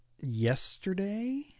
yesterday